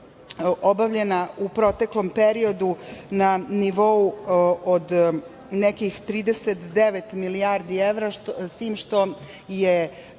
obavljena u proteklom periodu na nivou od nekih 39 milijardi evra, s tim što je